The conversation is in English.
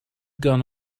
gone